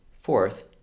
Fourth